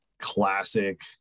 classic